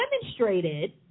demonstrated